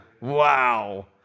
Wow